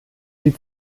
die